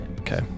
Okay